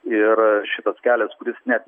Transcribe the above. ir šitas kelias kuris net